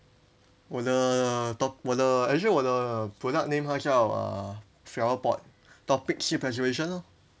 我的 top~ 我的 actually 我的 product name 它叫 uh flower pot topic 是 preservation lor